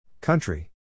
Country